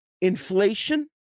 Inflation